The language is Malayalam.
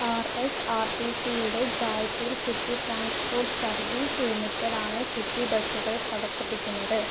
ആർ എസ് ആർ ടി സിയുടെ ജായ്പൂർ സിറ്റി ട്രാൻസ്പോർട്ട് സർവീസ് ലിമിറ്റഡാണ് സിറ്റി ബസുകൾ പ്രവർത്തിപ്പിക്കുന്നത്